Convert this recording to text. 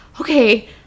okay